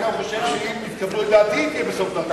אתה גם חושב שאם יקבלו את דעתי היא תהיה בסוף דרכה.